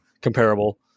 comparable